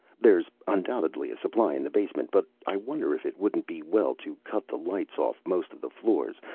there's undoubtedly a supply in the basement, but i wonder if it wouldn't be well to cut the lights off most of the floors,